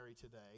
today